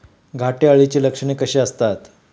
घाटे अळीची लक्षणे कशी असतात?